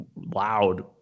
loud